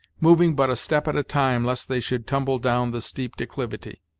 moving but a step at a time, lest they should tumble down the steep declivity.